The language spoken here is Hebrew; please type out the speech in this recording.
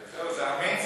זה אמין?